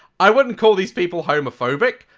i wouldn't call these people homophobic.